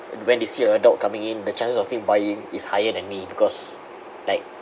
when they see an adult coming in the chances of him buying is higher than me because like